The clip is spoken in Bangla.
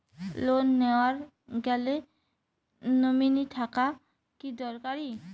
লোন নেওয়ার গেলে নমীনি থাকা কি দরকারী?